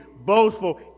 boastful